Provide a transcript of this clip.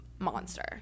monster